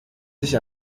sich